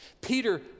Peter